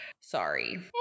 sorry